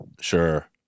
sure